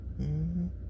-hmm